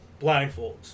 blindfolds